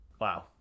Wow